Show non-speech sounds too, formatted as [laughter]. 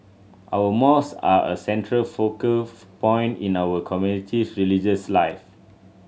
our [unintelligible] are a central focal [unintelligible] point in our community's religious life